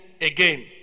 again